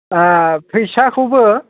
आह फैसाखौबो